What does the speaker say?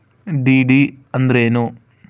DD ಅಂದ್ರೇನು?